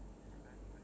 mmhmm